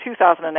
2008